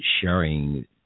sharing